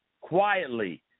quietly